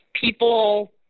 people—